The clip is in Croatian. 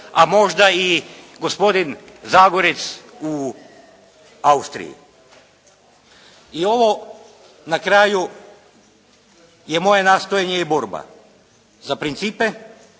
a možda i gospodin Zagorec u Austriji. I ovo na kraju je moje nastojanje i borba za principe,